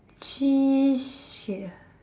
chee~ sh~ err